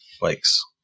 bikes